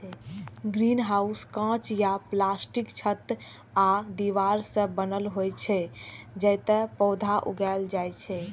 greenhouse कांच या प्लास्टिकक छत आ दीवार सं बनल होइ छै, जतय पौधा उगायल जाइ छै